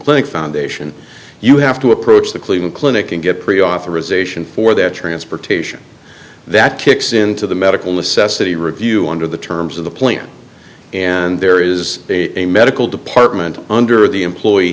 clinic foundation you have to approach the cleveland clinic and get preauthorization for their transportation that kicks into the medical necessity review under the terms of the plan and there is a medical department under the employee